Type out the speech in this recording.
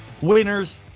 winners